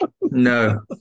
No